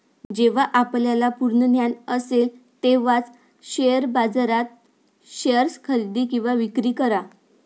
जेव्हा आपल्याला पूर्ण ज्ञान असेल तेव्हाच शेअर बाजारात शेअर्स खरेदी किंवा विक्री करा